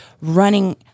running